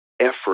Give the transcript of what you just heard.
effort